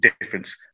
Difference